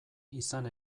izan